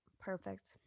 Perfect